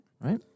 Right